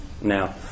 Now